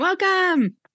Welcome